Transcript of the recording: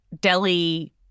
Delhi